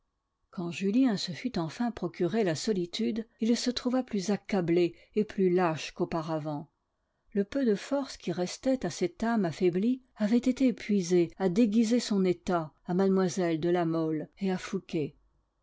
quand julien se fut enfin procuré la solitude il se trouva plus accablé et plus lâche qu'auparavant le peu de forces qui restait à cet âme affaiblie avait été épuisé à déguiser son état à mlle de la mole et à fouqué